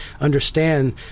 understand